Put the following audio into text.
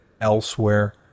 elsewhere